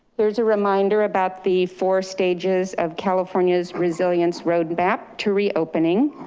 there's a reminder about the four stages of california's resilience roadmap to reopening.